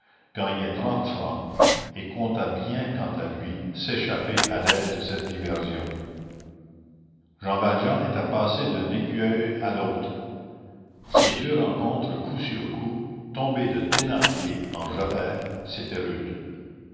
gagnait trente francs et comptait bien quant à lui s'échapper à l'aide de cette diversion jean valjean était passé d'un écueil à l'autre ces deux rencontres coup sur coup tomber de thénardier en javert c'était rude